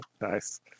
nice